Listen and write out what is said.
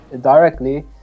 directly